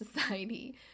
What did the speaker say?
society